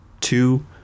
two